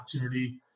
opportunity